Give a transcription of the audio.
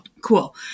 cool